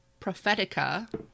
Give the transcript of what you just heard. prophetica